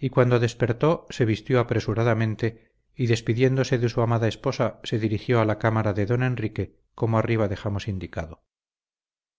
y cuando despertó se vistió apresuradamente y despidiéndose de su amada esposa se dirigió a la cámara de don enrique como arriba dejamos indicado